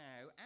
now